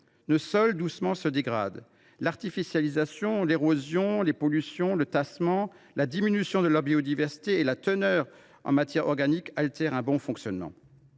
Nos sols doucement se dégradent. L’artificialisation, l’érosion, les pollutions, le tassement, la diminution de leur biodiversité et de leur teneur en matières organiques altèrent leur bon fonctionnement.